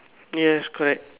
yes correct